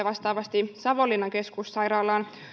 vastaavasti savonlinnan keskussairaalaan teknonivelleikkauksia